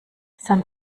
some